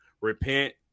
repent